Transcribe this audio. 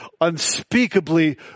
unspeakably